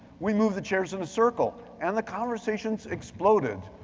we moved the chairs in a circle, and the conversations exploded.